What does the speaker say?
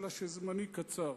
אלא שזמני קצר.